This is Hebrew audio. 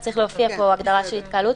אז צריכה להופיע פה הגדרה של התקהלות.